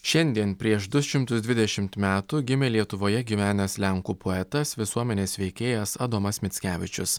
šiandien prieš du šimtus dvidešimt metų gimė lietuvoje gyvenęs lenkų poetas visuomenės veikėjas adomas mickevičius